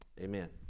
amen